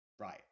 Right